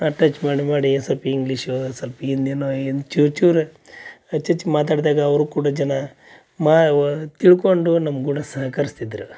attach ಮಾಡಿ ಮಾಡಿ ಸೊಲ್ಪ ಇಂಗ್ಲೀಷು ಒಂದ್ ಸೊಲ್ಪ ಹಿಂದಿನೋ ಏನೋ ಚೂರು ಚೂರು ಆಚೆ ಈಚೆ ಮಾತಾಡಿದಾಗ ಅವರೂ ಕೂಡ ಜನ ಮಾ ತಿಳ್ಕೊಂಡು ನಮ್ಮ ಕೂಡ ಸಹಕರಿರ್ಸ್ತಿದ್ರು